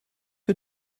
que